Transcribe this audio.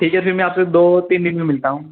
ठीक है फिर मैं आपसे दो तीन दिन में मिलता हूँ